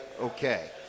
okay